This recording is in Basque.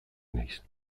naiz